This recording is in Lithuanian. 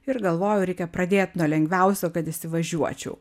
ir galvojau reikia pradėt nuo lengviausio kad įsivažiuočiau